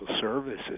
services